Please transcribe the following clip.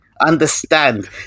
understand